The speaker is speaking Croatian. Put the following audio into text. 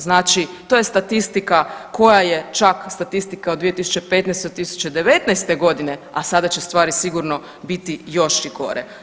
Znači to je statistika koja je čak statistika od 2015. do 2019. godine, a sada će stvari sigurno biti još i gore.